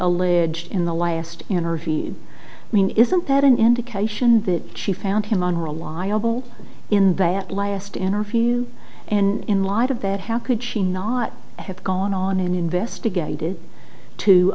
alleged in the last in her he mean isn't that an indication that she found him on reliable in that last interview and in light of that how could she not have gone on investigated to